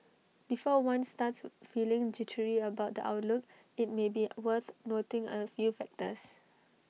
before one starts feeling jittery about the outlook IT may be worth noting A few factors